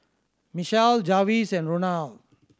Michell Jarvis and Ronald